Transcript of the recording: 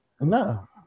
No